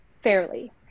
fairly